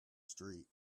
street